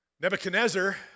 Nebuchadnezzar